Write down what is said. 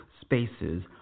spaces